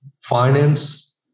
finance